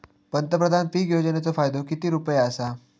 पंतप्रधान पीक योजनेचो फायदो किती रुपये आसा?